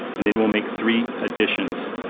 and then we'll make three additions,